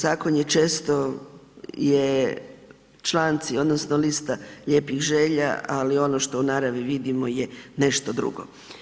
Zakon je često, je članci, odnosno lista lijepih želja ali ono što u naravi vidimo je nešto drugo.